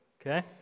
Okay